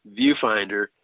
viewfinder